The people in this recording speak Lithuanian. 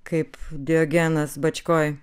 kaip diogenas bačkoj